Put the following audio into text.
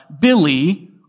Billy